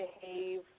behave